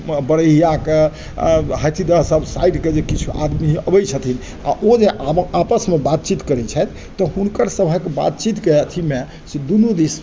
बड़हिया के हाथीदह सब साइडके जे सब किछु आदमी अबै छथिन आ ओ जे आपस मे बातचीत करै छथि तऽ हुनकर सबहक बातचीत के अथी मे से दुनू दिस